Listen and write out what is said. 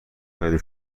خیلی